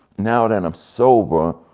now that i'm sober,